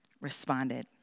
responded